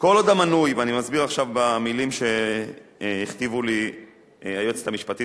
ואני מסביר עכשיו במלים שהכתיבה לי היועצת המשפטית